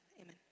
Amen